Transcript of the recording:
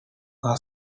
are